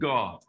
God